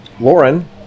Lauren